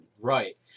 right